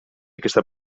aquesta